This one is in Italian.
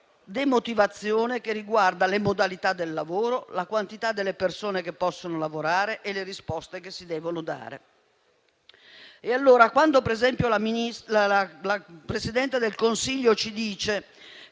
demotivazione che riguarda le modalità del lavoro, la quantità delle persone che possono lavorare e le risposte che si devono dare. La Presidente del Consiglio ci dice